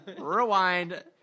Rewind